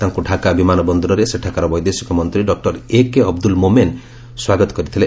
ତାଙ୍କୁ ତାକା ବିମାନ ବନ୍ଦରରେ ସେଠାକାର ବୈଦେଶିକ ମନ୍ତ୍ରୀ ଡକ୍ଟର ଏକେ ଅବଦୁଲ୍ଲ ମୋମେନ୍ ସ୍ୱାଗତ କରିଥିଲେ